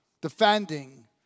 defending